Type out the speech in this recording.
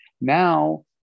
now